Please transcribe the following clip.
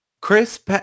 Chris –